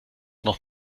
noch